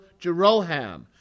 Jeroham